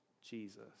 Jesus